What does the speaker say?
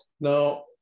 Now